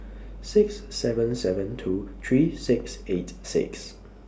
six seven seven two three six eight six